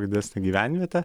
didesnę gyvenvietę